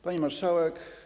Pani Marszałek!